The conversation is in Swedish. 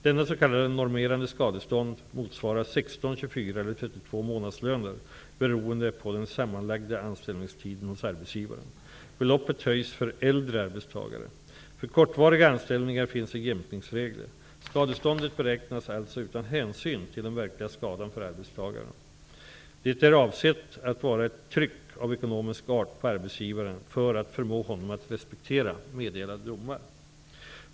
Detta s.k. normerade skadestånd motsvarar 16, 24 eller 32 månadslöner beroende på den sammanlagda anställningstiden hos arbetsgivaren. Beloppet höjs för äldre arbetstagare. För kortvariga anställningar finns en jämkningsregel. Skadeståndet beräknas alltså utan hänsyn till den verkliga skadan för arbetstagaren. Det är avsett att vara ett tryck av ekonomisk art på arbetsgivaren för att förmå honom att respektera meddelade domar.